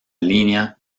línea